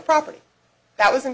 property that was in